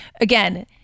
again